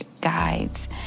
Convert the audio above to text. guides